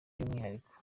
by’umwihariko